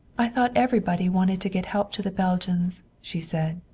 i thought everybody wanted to get help to the belgians, she said.